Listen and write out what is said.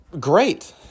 great